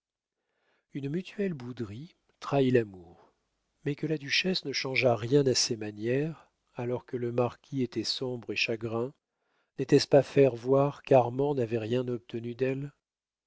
une mutuelle bouderie trahit l'amour mais que la duchesse ne changeât rien à ses manières alors que le marquis était sombre et chagrin n'était-ce pas faire voir qu'armand n'avait rien obtenu d'elle